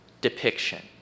depiction